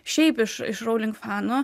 šiaip iš iš rowling fanų